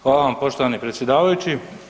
Hvala vam poštovani predsjedavajući.